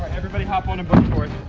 everybody hop on a boogie board.